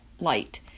light